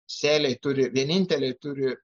sėliai turi vieninteliai turi